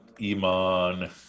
Iman